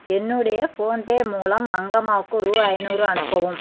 என்னுடைய ஃபோன்பே மூலம் மங்கம்மாவுக்கு ரூ ஐநூறு அனுப்பவும்